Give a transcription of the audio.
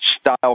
style